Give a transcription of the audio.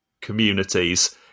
communities